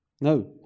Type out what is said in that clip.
No